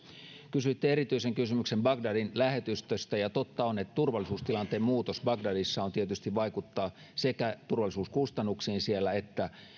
kysyitte erityisen kysymyksen bagdadin lähetystöstä ja totta on että turvallisuustilanteen muutos bagdadissa tietysti vaikuttaa sekä turvallisuuskustannuksiin siellä että